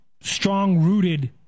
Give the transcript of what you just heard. strong-rooted